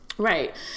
Right